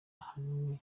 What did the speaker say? ahanini